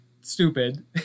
stupid